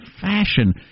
fashion